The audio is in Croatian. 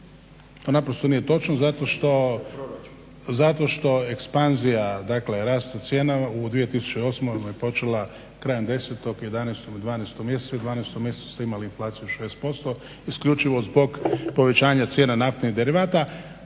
To naprosto nije točno zato što ekspanzija dakle rast cijena u 2008.je počela krajem 10., 11., 12.mjesecu i u 12.mjesecu ste imali inflaciju 6% isključivo zbog povećanja cijena naftnih derivata.